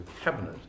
cabinet